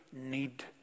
need